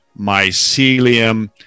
mycelium